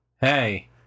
Hey